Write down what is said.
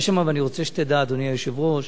אני רוצה שתדע, אדוני היושב-ראש,